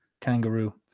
kangaroo